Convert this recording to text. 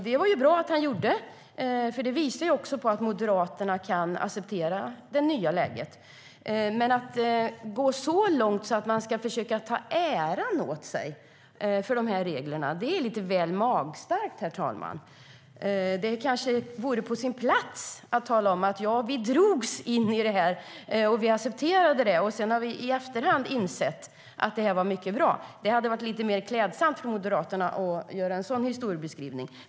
Det var ju bra att han gjorde, för det visar att Moderaterna kan acceptera det nya läget. Men att gå så långt som att försöka ta äran åt sig för de här reglerna är lite väl magstarkt. Det kanske vore på sin plats att Moderaterna talade om att man drogs in i detta och accepterade och att de sedan i efterhand har insett att det var bra. Det vore lite mer klädsamt av Moderaterna med en sådan historieskrivning.